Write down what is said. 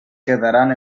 quedaran